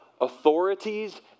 authorities